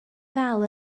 ddal